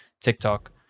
tiktok